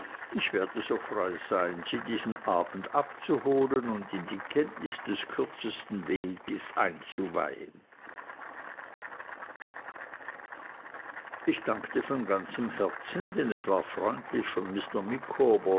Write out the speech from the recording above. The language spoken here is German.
ich werde so frei sein sie diesen abend abzuholen und in die kenntnis des kürzesten weges einzuweihen ich dankte von ganzem herzen denn es war freundlich von mr